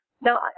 Now